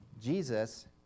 Jesus